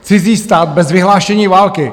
Cizí stát bez vyhlášení války.